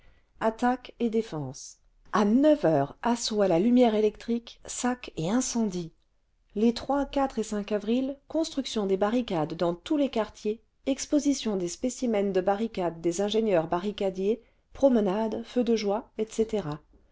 attaque et défense a neuf heures assaut à la lumière électrique sac et incendie les et avril construction des barricades dans tous les quartiers exposition des spécimens de barricades des ingénieurs barricadiers promenades feux de joie etc